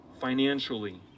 financially